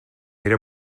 era